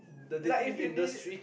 like if you need it